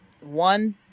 one